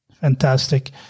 Fantastic